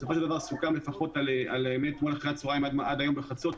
בסופו של דבר סוכם לפחות על מאתמול אחר הצהריים עד היום בחצות,